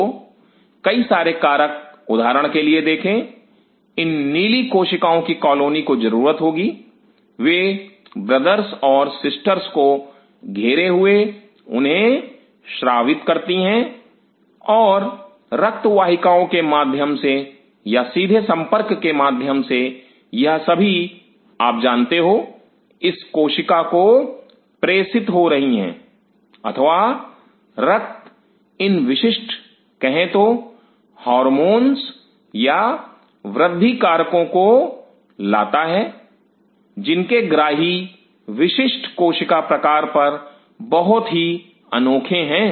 तो कई सारे कारक उदाहरण के लिए देखें इन नीली कोशिकाओं की कॉलोनी को जरूरत होगी वे ब्रदर्स और सिस्टर्स को घेरे हुए उन्हें स्रावित करती हैं और रक्त वाहिकाओं के माध्यम से या सीधे संपर्क के माध्यम से यह सभी आप जानते हो इस कोशिका को प्रेषित हो रही हैं अथवा रक्त इन विशिष्ट कहे तो हार्मोन या वृद्धि कारक को लाता है जिनके ग्राही विशिष्ट कोशिका प्रकार पर बहुत ही अनोखे हैं